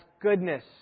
goodness